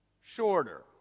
shorter